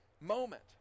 moment